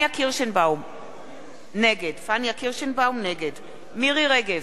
נגד מירי רגב,